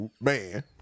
man